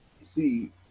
see